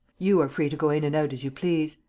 you are free to go in and out as you please.